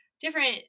different